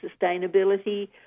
sustainability